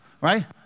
right